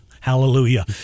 Hallelujah